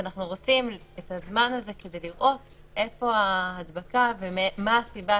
ואנחנו רוצים את הזמן הזה כדי לראות איפה ההדבקה ומה הסיבה